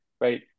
right